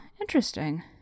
interesting